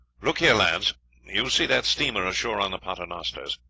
look here, lads you see that steamer ashore on the paternosters.